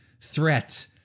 threat